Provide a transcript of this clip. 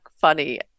funny